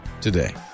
today